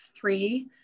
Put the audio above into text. three